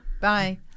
Bye